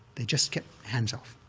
they just kept hands off,